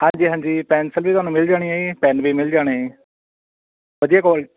ਹਾਂਜੀ ਹਾਂਜੀ ਪੈਨਸਲ ਵੀ ਤੁਹਾਨੂੰ ਮਿਲ ਜਾਣੀ ਹੈ ਜੀ ਪੈੱਨ ਵੀ ਮਿਲ ਜਾਣੇ ਵਧੀਆ ਕੁਆਲਟੀ